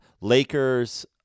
Lakers